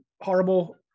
horrible